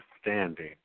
standing